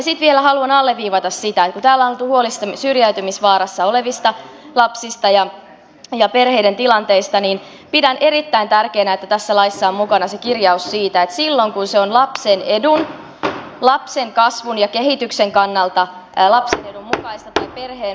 sitten vielä haluan alleviivata sitä että kun täällä on oltu huolissaan syrjäytymisvaarassa olevista lapsista ja perheiden tilanteista niin pidän erittäin tärkeänä että tässä laissa on mukana kirjaus siitä että silloin kun se on lapsen edun lapsen kasvun ja kehityksen kannalta lapsen edun mukaista